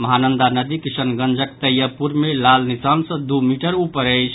महानंदा नदी किशनगंजक तैयबपुर मे लाल निशान सॅ दू मीटर ऊपर अछि